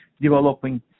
developing